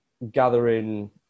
gathering